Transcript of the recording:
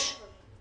יש לי קרקעות,